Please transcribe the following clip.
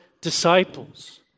disciples